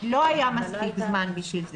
לא היה מספיק זמן.